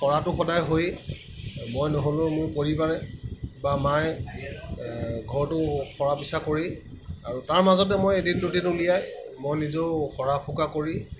সৰাটো সদায় হয়েই মই নহ'লেও মোৰ পৰিবাৰে বা মায়ে ঘৰটো সৰা পিচা কৰেই আৰু তাৰ মাজতে মই এদিন দুদিন উলিয়াই মই নিজেও সৰা ফুকা কৰি